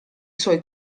suoi